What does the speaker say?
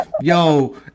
Yo